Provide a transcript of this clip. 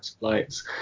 lights